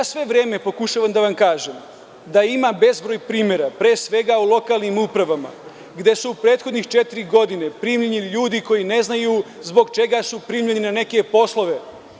Sve vreme pokušavam da vam kažem da ima bezbroj primera, pre svega, u lokalnim upravama gde su u prethodnih četiri godine primljeni ljudi koji ne znaju zbog čega su primljeni na neke poslove.